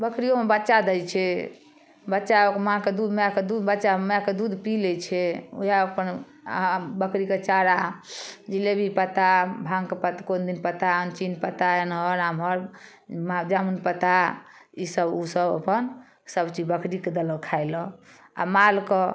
बकरियोमे बच्चा दै छै बच्चा माँ के दूध मैआ के दूध बच्चा मैआके दूध पी लै छै ओएह अपन बकरीके चारा जिलेबी पत्ता भाङके कोन दन आनचीन पत्ता एमहर आमहर जामुन पत्ता ईसब उसब अपन सब चीज बकरीके देलक खाइ लऽ आओर माल के